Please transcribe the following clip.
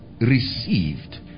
received